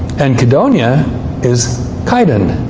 and cydoniae is kind of